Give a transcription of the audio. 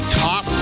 top